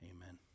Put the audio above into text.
Amen